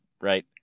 right